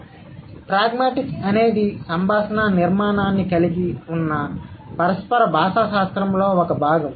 కాబట్టి ప్రాగ్మాటిక్స్ అనేది సంభాషణా నిర్మాణాన్ని కలిగి ఉన్న పరస్పర భాషాశాస్త్రంలో ఒక భాగం